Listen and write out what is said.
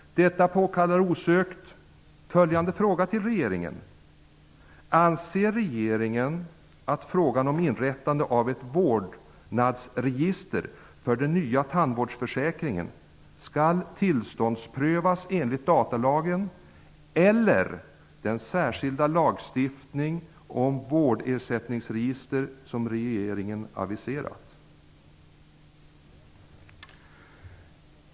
Detta påkallar osökt att följande fråga ställs till regeringen: Anser regeringen att frågan om inrättande av ett vårdnadsregister för den nya tandvårdsförsäkringen skall tillståndsprövas enligt datalagen eller den särskilda lagstiftning om vårdersättningsregister som regeringen aviserat?